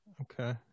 Okay